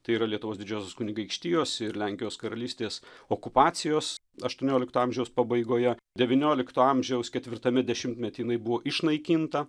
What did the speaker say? tai yra lietuvos didžiosios kunigaikštijos ir lenkijos karalystės okupacijos aštuoniolikto amžiaus pabaigoje devyniolikto amžiaus ketvirtame dešimtmety jinai buvo išnaikinta